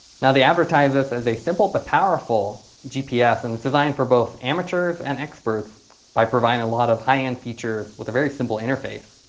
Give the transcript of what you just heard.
and they advertise this as a simple but powerful gps and it's designed for both amateurs and experts by providing a lot of high-end features with a very simple interface.